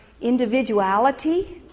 individuality